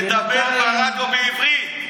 מדבר ברדיו בעברית,